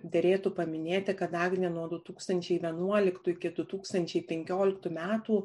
derėtų paminėti kad agnė nuo du tūkstančiai vienuoliktų iki du tūkstančiai penkioliktų metų